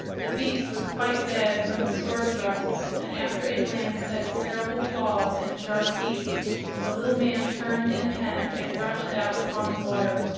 the beast was quite dead from the sword thrusts, and after a glance at its terrible claws and sharp teeth the little man turned in a panic and rushed out upon the water,